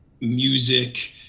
music